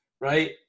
right